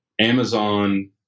Amazon